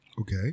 Okay